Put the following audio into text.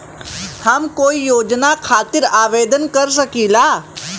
हम कोई योजना खातिर आवेदन कर सकीला?